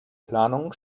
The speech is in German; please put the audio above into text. planungen